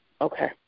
Okay